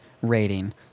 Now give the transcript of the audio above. rating